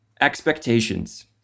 Expectations